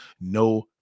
No